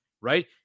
right